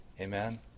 Amen